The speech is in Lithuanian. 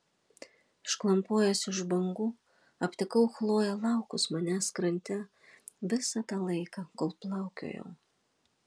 išklampojęs iš bangų aptikau chloję laukus manęs krante visą tą laiką kol plaukiojau